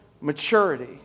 maturity